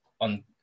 on